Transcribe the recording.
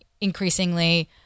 increasingly